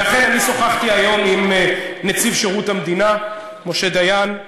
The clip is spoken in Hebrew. ולכן אני שוחחתי היום עם נציב שירות המדינה משה דיין.